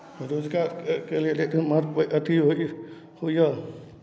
रोजगारके के लेल हमर अथि होय होइए